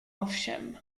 ovšem